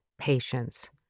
patience